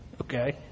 okay